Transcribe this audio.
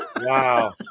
Wow